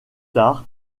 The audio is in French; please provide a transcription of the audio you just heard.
tard